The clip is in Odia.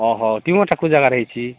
ଅ ହ ଟ୍ୟୁମର୍ଟା କୋଉ ଜାଗାରେ ହୋଇଛି